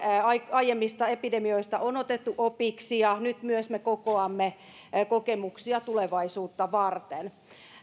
aiemmista epidemioista on otettu opiksi ja nyt myös me kokoamme kokemuksia tulevaisuutta varten